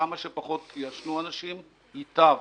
כמה שפחות יעשנו אנשים ייטב.